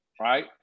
right